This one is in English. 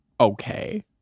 Okay